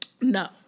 No